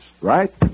right